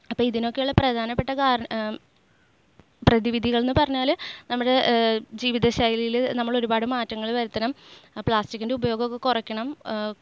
അപ്പോൾ ഇതിനൊക്കെയുള്ള പ്രധാനപ്പെട്ട കാരണം പ്രതിവിധികൾ എന്ന് പറഞ്ഞാൽ നമ്മുടെ ജീവിതശൈലിയിൽ നമ്മൾ ഒരുപാട് മാറ്റങ്ങൾ വരുത്തണം പ്ലാസ്റ്റിക്കിൻ്റെ ഉപയോഗം ഒക്കെ കുറയ്ക്കണം